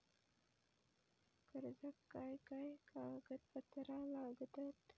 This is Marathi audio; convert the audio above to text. कर्जाक काय काय कागदपत्रा लागतत?